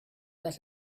that